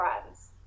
friends